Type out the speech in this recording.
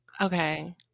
Okay